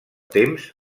temps